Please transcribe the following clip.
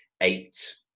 eight